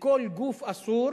וכל גוף אסור,